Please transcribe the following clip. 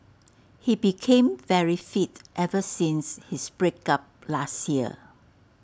he became very fit ever since his break up last year